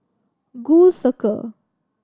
Gul Circle